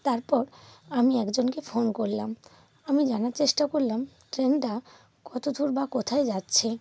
তারপর আমি একজনকে ফোন করলাম আমি জানার চেষ্টা করলাম ট্রেনটা কত দূর বা কোথায় যাচ্ছে